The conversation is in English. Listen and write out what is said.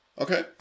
Okay